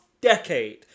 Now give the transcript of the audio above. decade